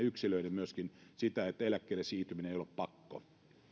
yksilöiden mahdollisuus hyväksikäyttää sitä että eläkkeelle siirtyminen ei ole pakko